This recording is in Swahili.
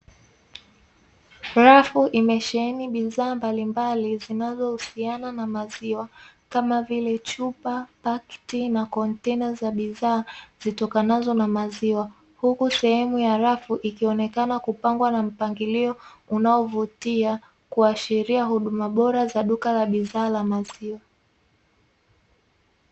Rafu imesheheni bidhaa mbalimbali zinazohusiana na maziwa kama vile: chupa, pakti na kontena za bidhaa zitokanazo na maziwa. Huku sehemu ya rafu ikionekana kupangwa na mpangilio unaovutia, kuashiria huduma bora za duka la bidhaa za maziwa.